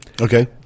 Okay